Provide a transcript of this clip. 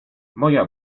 moja